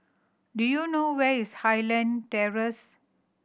do you know where is Highland Terrace